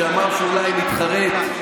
שאמר שאולי נתחרט: